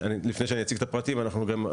לפני שאני אציג את הפרטים אני אומר